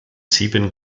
sieben